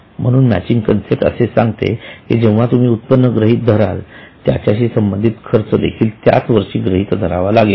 म्हणून matching concept असे सांगते की जेव्हा तुम्ही उत्पन्न गृहीत धराल त्याच्याशी संबंधित खर्च देखील त्या वर्षीच गृहीत धरावा लागेल